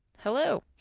hello.